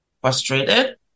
frustrated